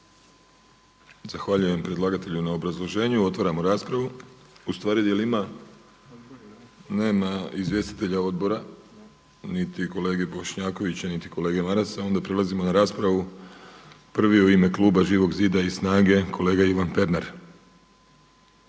Zahvaljujem predlagatelju na obrazloženju. Otvaram raspravu. Nema izvjestitelja odbora niti kolege Bošnjakovića, niti kolege Marasa. Onda prelazimo na raspravu. Prvi u ime klub Živog zida i SNAGA-e kolega Ivan Pernar.